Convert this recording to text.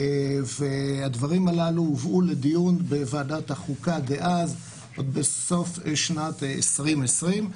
והדברים הללו הובאו לדיון בוועדת החוקה דאז עוד בסוף שנת 2020,